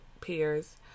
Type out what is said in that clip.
peers